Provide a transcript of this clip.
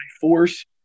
force